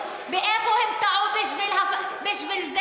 איפה הם טעו בשביל זה